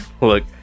Look